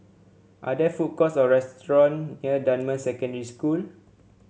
are there food courts or restaurant near Dunman Secondary School